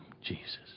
Jesus